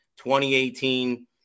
2018